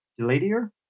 Deladier